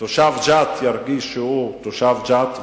תושב ג'ת ירגיש שהוא תושב ג'ת,